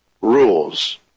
rules